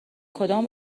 کدام